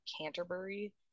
Canterbury